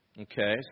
Okay